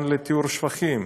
מתקן לטיהור שפכים.